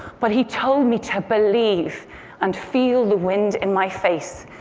but he told me to believe and feel the wind in my face.